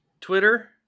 Twitter